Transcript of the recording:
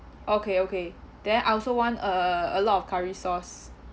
okay okay then I also want uh a lot of curry sauce